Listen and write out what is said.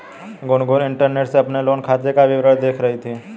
Gungun internet से अपने loan खाते का विवरण देख रही थी